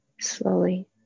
slowly